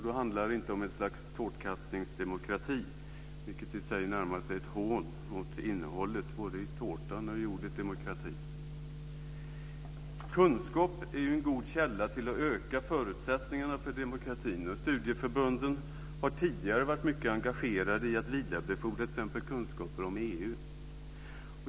Då handlar det inte om något slags tårtkastningsdemokrati, vilket i sig närmast är ett hån mot innehållet både i tårtan och i ordet "demokrati". Kunskap är en god källa för att öka förutsättningarna för demokrati. Studieförbunden har tidigare varit mycket engagerade i att t.ex. vidarebefordra kunskapen om EU.